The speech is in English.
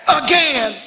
again